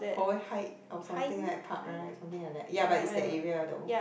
or something like park right something like that ya but is that area though